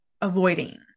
avoiding